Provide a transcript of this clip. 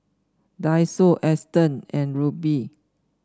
Daiso Astons and Rubi